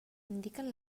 indiquen